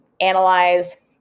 analyze